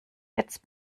jetzt